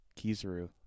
Kizaru